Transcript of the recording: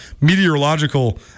meteorological